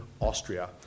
Austria